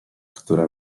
która